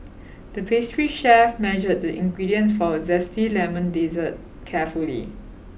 the pastry chef measured the ingredients for a zesty lemon dessert carefully